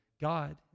God